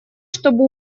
чтобы